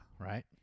right